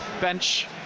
bench